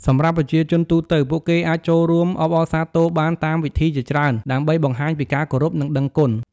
សម្រាប់ប្រជាជនទូទៅ ពួកគេអាចចូលរួមអបអរសាទរបានតាមវិធីជាច្រើនដើម្បីបង្ហាញពីការគោរព និងដឹងគុណ។